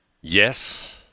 yes